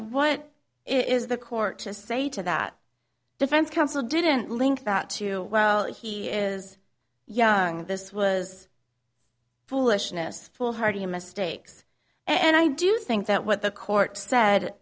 what is the court to say to that defense counsel didn't link that to well he is young this was foolishness foolhardy mistakes and i do think that what the court said